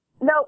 No